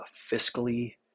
fiscally